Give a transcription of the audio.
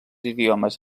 idiomes